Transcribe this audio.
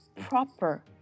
proper